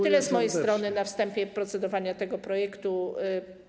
Tyle z mojej strony na wstępie procedowania nad tym projektem.